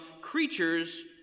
creatures